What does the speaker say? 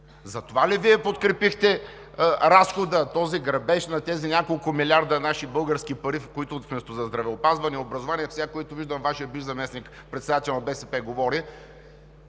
Затова ли подкрепихте разхода, този грабеж на няколко милиарда наши български пари, които вместо за здравеопазване и образование, което виждам, че Вашият бивш заместник-председател на БСП говори,